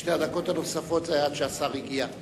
שתי הדקות הנוספות היו עד שהשר הגיע.